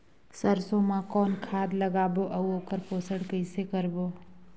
सरसो मा कौन खाद लगाबो अउ ओकर पोषण कइसे करबो?